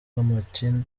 martin